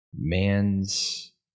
man's